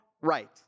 right